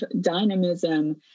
dynamism